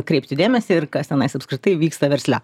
kreipti dėmesį ir kas tenais apskritai vyksta versle